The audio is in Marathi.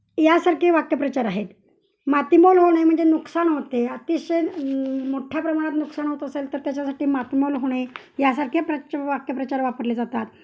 यासारखे वाक्यप्रचार आहेत मातीमोल होणे म्हणजे नुकसान होते अतिशय मोठ्ठ्या प्रमाणात नुकसान होत असेल तर त्याच्यासाठी मातीमोल होणे यासारखे प्रच वाक्यप्रचार वापरले जातात